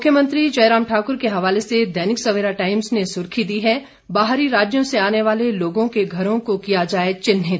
मुख्यमंत्री जयराम ठाकुर के हवाले से दैनिक सवेरा टाइम्स ने सुर्खी दी है बाहरी राज्यों से आने वाले लोगों के घरों को किया जाए चिन्हित